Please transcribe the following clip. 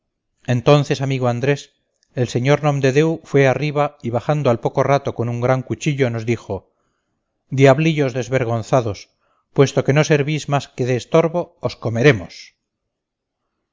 entonces amigo andrés el sr nomdedeu fue arriba y bajando al poco rato con un gran cuchillo nos dijo diablillos desvergonzados puesto que no servís más que de estorbo os comeremos